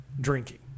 drinking